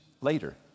later